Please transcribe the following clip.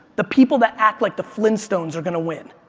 the people that act like the flintstones are going to win.